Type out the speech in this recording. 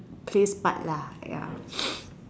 Chris Pratt lah ya